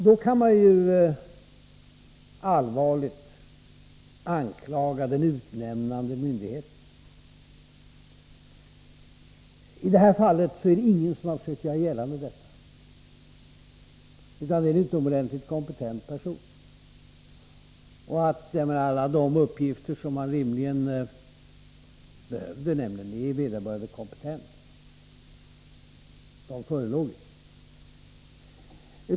Då kan man allvarligt anklaga den utnämnande myndigheten. I det här fallet är det ingen som försökt göra detta gällande, utan det har gällt en utomordentligt kompetent person. Alla de uppgifter som man rimligen behövde för att bedöma om vederbörande är kompetent förelåg.